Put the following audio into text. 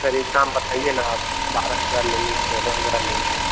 sir एक दाम बताइए ना आप बारह हज़ार लेंगे कि चौदह हज़ार लेंगे